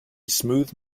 smooth